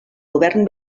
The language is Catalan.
govern